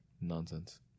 Nonsense